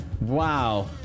Wow